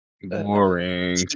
Boring